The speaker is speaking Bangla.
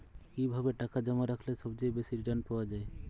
কিভাবে টাকা জমা রাখলে সবচেয়ে বেশি রির্টান পাওয়া য়ায়?